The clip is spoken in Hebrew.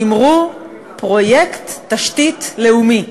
אמרו פרויקט תשתית לאומי.